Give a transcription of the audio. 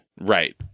right